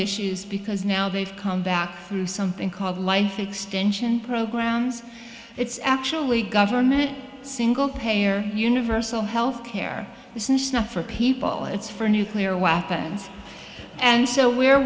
issues because now they've come back through something called life extension programs it's actually government single payer universal health care it's not for people it's for nuclear weapons and so we're